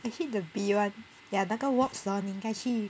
I hate the bee [one] ya 那个 wasp hor 你应该去